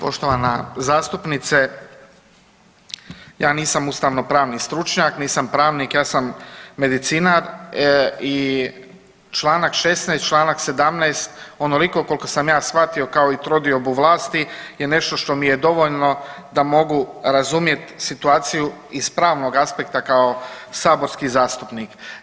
Poštovana zastupnice, ja nisam ustavnopravni stručnjak, nisam pravnik, ja sam medicinar i čl. 16. i čl. 17. onoliko koliko sam ja shvatio kao i trodiobu vlasti je nešto što mi je dovoljno da mogu razumjet situaciju iz pravnog aspekta kao saborski zastupnik.